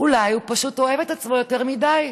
אולי הוא פשוט אוהב את עצמו יותר מדי.